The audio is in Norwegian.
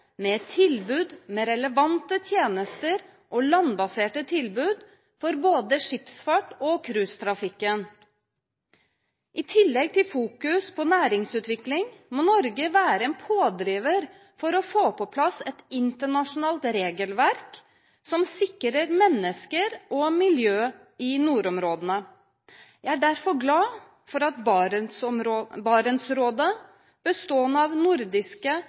med tilbud, med relevante tjenester og landbaserte tilbud for både skipsfart og cruisetrafikken. I tillegg til å fokusere på næringsutvikling må Norge være en pådriver for å få på plass et internasjonalt regelverk som sikrer mennesker og miljøet i nordområdene. Jeg er derfor glad for at Barentsrådet, bestående av de nordiske